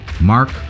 Mark